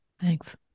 Thanks